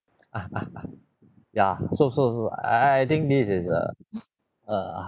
ah ah ah ya so so so I I I think this is a err ya so so she I think need is uh uh